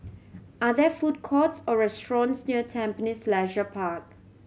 are there food courts or restaurants near Tampines Leisure Park